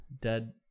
Dead